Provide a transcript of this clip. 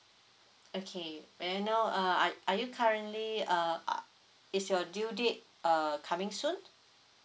okay may I know err are are you currently uh ugh is your due date err coming soon